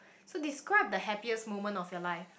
so describe the happiest moment of your life